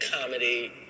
comedy